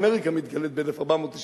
לא רק אמריקה מתגלית ב-1492.